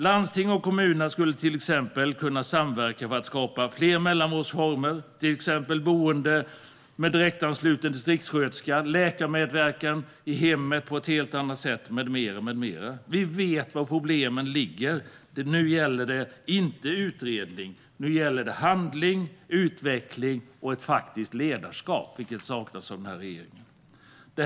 Landsting och kommuner skulle till exempel kunna samverka för att skapa fler mellanvårdsformer, till exempel boende med direktanslutning till distriktssköterska, läkarmedverkan i hemmet på ett helt annat sätt med mera. Vi vet var problemen ligger. Nu gäller det inte utredning. Nu gäller det handling, utveckling och ett faktiskt ledarskap, vilket den här regeringen saknar.